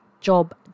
job